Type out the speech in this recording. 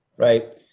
right